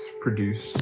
produced